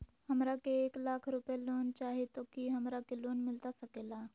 हमरा के एक लाख रुपए लोन चाही तो की हमरा के लोन मिलता सकेला?